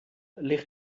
ligt